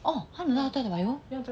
oh 他拿到在 toa payoh meh